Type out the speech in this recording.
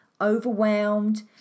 overwhelmed